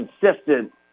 consistent